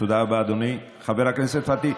תודה רבה, אדוני, חבר הכנסת פטין,